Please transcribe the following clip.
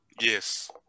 Yes